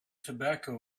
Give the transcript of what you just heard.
tobacco